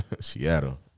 Seattle